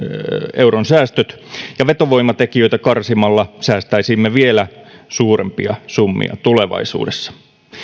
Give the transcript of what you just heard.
euron säästöt ja vetovoimatekijöitä karsimalla säästäisimme vielä suurempia summia tulevaisuudessa